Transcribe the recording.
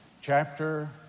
chapter